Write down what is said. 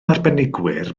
arbenigwyr